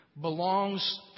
belongs